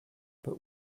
but